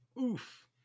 oof